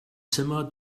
zimmer